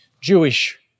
Jewish